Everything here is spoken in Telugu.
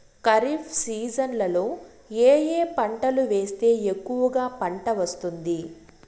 ఖరీఫ్ సీజన్లలో ఏ ఏ పంటలు వేస్తే ఎక్కువగా పంట వస్తుంది?